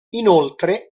inoltre